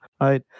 right